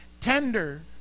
tender